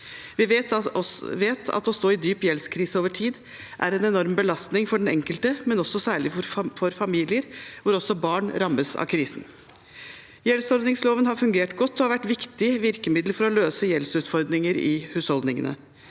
Vi vet at å stå i dyp gjeldskrise over tid er en enorm belastning for den enkelte, men særlig for familier hvor også barn rammes av krisen. Gjeldsordningsloven har fungert godt og har vært et viktig virkemiddel for å løse gjeldsutfordringer i husholdningene,